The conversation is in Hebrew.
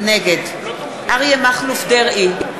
נגד אריה מכלוף דרעי,